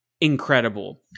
incredible